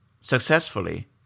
successfully